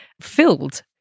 filled